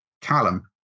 Callum